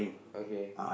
okay